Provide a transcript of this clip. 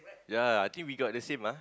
ya I think we got the same ah